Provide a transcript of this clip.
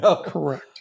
Correct